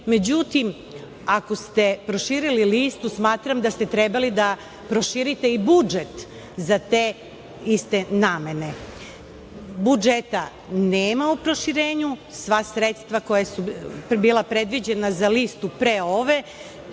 međutim ako ste proširili listu smatram da ste trebali da proširite i budžet za te iste namene. Budžeta nema u proširenju, sva sredstva koja su bila predviđena za listu pre ove